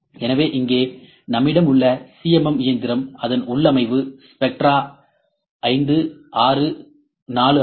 எனவே இங்கே நம்மிடம் உள்ள சிஎம்எம் இயந்திரம் அதன் உள்ளமைவு ஸ்பெக்ட்ரா 5 6 4ஆகும்